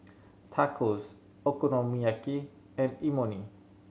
Tacos Okonomiyaki and Imoni